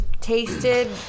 tasted